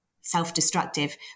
self-destructive